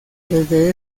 desde